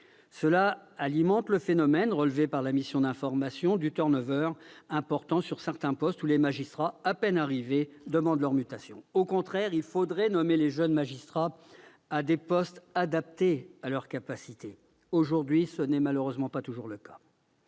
Cela alimente le phénomène, relevé par la mission d'information, de turn-over important sur certains postes, où les magistrats, à peine arrivés, demandent leur mutation. Au contraire, il faudrait nommer les jeunes magistrats à des postes adaptés à leurs capacités. Aujourd'hui, ce n'est malheureusement pas toujours le cas.